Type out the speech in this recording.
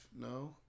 no